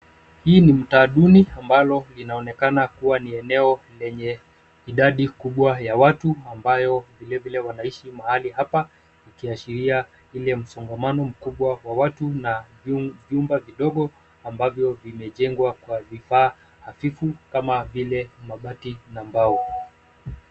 Hii ni mtaa duni ambalo linaonekana kuwa ni eneo lenye idadi kubwa ya watu ambayo vilevile wanaishi mahali hapa ikiashiria ile msongamano mkubwa wa watu na vyumba vidogo ambavyo vimejengwa kwa vifaa hafifu kama vile mabati na mbao.